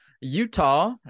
Utah